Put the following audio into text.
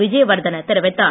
விஜயவர்தன தெரிவித்தார்